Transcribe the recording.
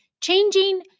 Changing